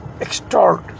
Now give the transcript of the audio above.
extort